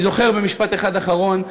משפט אחרון.